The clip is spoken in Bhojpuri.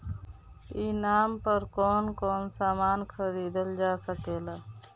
ई नाम पर कौन कौन समान खरीदल जा सकेला?